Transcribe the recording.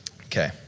Okay